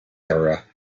era